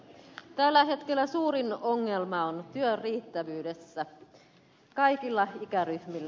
tällä hetkellä suurin ongelma on työn riittävyydessä kaikilla ikäryhmillä